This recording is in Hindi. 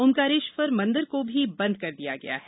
ओंकारेश्वर मंदिर को भी बंद कर दिया गया है